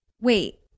Wait